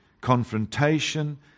confrontation